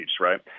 right